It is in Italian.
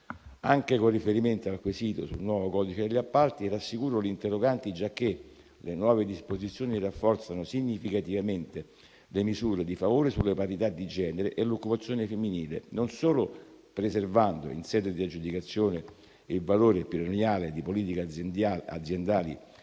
Anche con riferimento al quesito sul nuovo codice degli appalti, rassicuro gli interroganti, giacché le nuove disposizioni rafforzano significativamente le misure di favore sulla parità di genere e sull'occupazione femminile, non solo preservando in sede di aggiudicazione i valori premiali per le politiche aziendali che